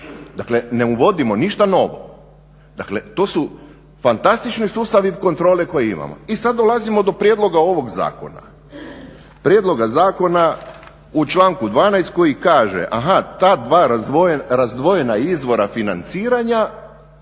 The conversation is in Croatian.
Dakle ne uvodimo ništa novo, dakle to su fantastični sustavi kontrole koji imamo. I sad dolazimo do prijedloga ovoga zakona, prijedloga zakona u članku 12. koji kaže ta dva razdvojena izvora financiranja